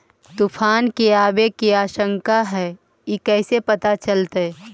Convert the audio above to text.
तुफान के आबे के आशंका है इस कैसे पता चलतै?